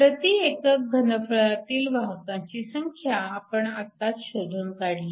प्रति एकक घनफळातील वाहकांची संख्या आपण आताच शोधून काढली